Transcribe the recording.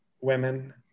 women